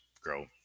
grow